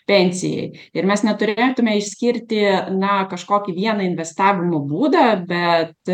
pensijai ir mes neturėtume išskirti na kažkokį vieną investavimo būdą bet